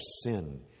sin